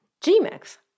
G-Max